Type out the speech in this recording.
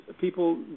people